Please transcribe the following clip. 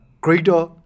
greater